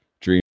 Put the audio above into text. Dream